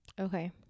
Okay